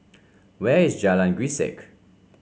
where is Jalan Grisek